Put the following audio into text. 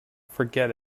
forget